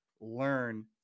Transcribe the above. learn